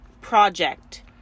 project